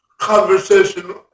conversation